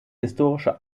historische